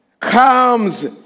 Comes